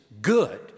good